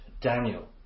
Daniel